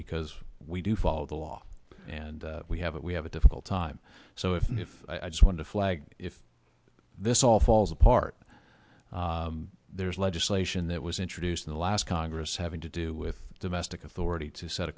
because we do follow the law and we have it we have a difficult time so if i just want to flag this all falls apart there's legislation that was introduced in the last congress having to do with domestic authority to set